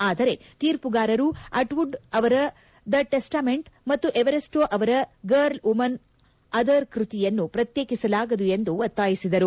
ಆದರೆ ತೀರ್ಮಗಾರರು Atwood ಅವರ ದ ಟೆಸ್ಟಾಮೆಂಟ್ ಮತ್ತು ಎವರೆಸ್ಟೊ ಅವರ ಗರ್ಲ್ ವುಮನ್ ಅದರ್ ಕೃತಿಯನ್ನು ಪ್ರತ್ಯೇಕಿಸಲಾಗದು ಎಂದು ಒತ್ತಾಯಿಸಿದರು